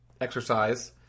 exercise